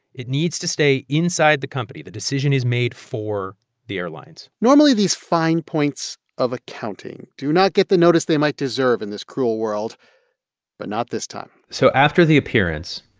it needs to stay inside the company. the decision is made for the airlines normally, these fine points of accounting do not get the notice they might deserve in this cruel world but not this time so after the appearance,